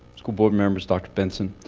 school board members, dr. benson,